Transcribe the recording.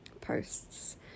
posts